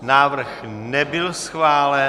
Návrh nebyl schválen.